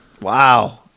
wow